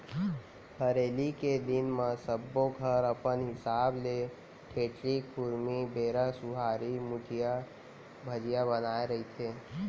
हरेली के दिन म सब्बो घर अपन हिसाब ले ठेठरी, खुरमी, बेरा, सुहारी, मुठिया, भजिया बनाए रहिथे